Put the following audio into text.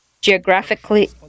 Geographically